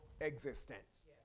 existence